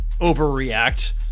overreact